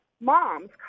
moms